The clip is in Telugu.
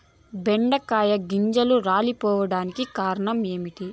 బెండకాయ పిందెలు రాలిపోవడానికి కారణం ఏంటి?